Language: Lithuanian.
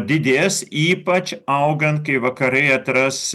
didės ypač augant kai vakarai atras